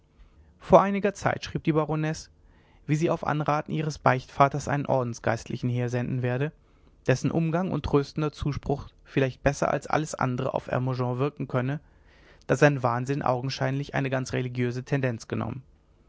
vor einiger zeit schrieb die baronesse wie sie auf anraten ihres beichtvaters einen ordensgeistlichen hersenden werde dessen umgang und tröstender zuspruch vielleicht besser als alles andere auf hermogen wirken könne da sein wahnsinn augenscheinlich eine ganz religiöse tendenz genommen